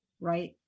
right